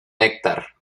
néctar